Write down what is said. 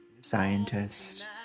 scientist